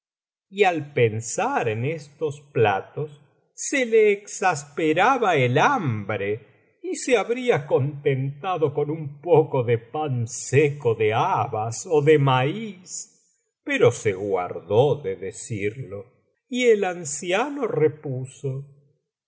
y al pensar en estos platos se le exasperaba el hambre y se habría contentado con un poco de pan seco de habas ó de maíz pero se guardó de decirlo y el anciano repuso